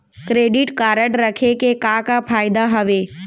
Credit card रखे के का का फायदा हवे?